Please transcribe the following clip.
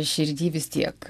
širdy vis tiek